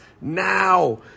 now